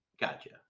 Gotcha